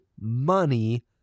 money